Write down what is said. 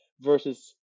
versus